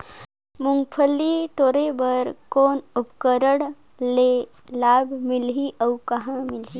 मुंगफली टोरे बर कौन उपकरण ले लाभ मिलही अउ कहाँ मिलही?